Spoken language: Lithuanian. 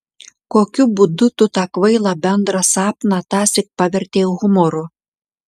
kokiu būdu tu tą kvailą bendrą sapną tąsyk pavertei humoru